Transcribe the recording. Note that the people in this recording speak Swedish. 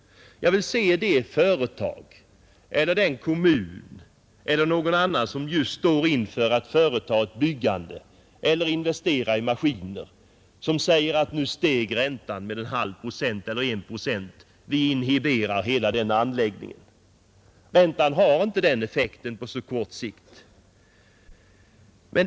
Jag vill se det företag, den kommun eller den person som just står inför att företa ett byggande eller att investera i maskiner som säger att nu steg räntan med en halv eller en procent, så hela den här anläggningen får inhiberas. Räntan har inte den effekten på så kort sikt.